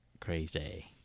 Crazy